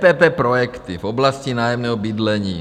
PPP projekty v oblasti nájemného bydlení.